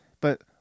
but-